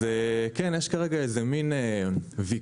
יש כרגע איזה מן ויכוח,